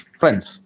friends